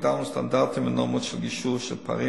הגדרנו סטנדרטים ונורמות לגישור על פערים